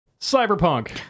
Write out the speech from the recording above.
Cyberpunk